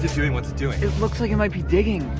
doing? what's it doing? it looks like it might be digging.